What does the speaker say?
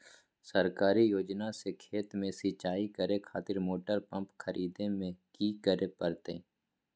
सरकारी योजना से खेत में सिंचाई करे खातिर मोटर पंप खरीदे में की करे परतय?